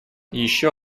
еще